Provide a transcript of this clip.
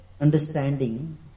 understanding